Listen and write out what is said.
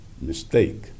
mistake